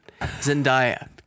Zendaya